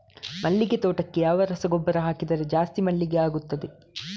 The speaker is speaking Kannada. ಮಲ್ಲಿಗೆ ತೋಟಕ್ಕೆ ಯಾವ ರಸಗೊಬ್ಬರ ಹಾಕಿದರೆ ಜಾಸ್ತಿ ಮಲ್ಲಿಗೆ ಆಗುತ್ತದೆ?